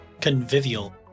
Convivial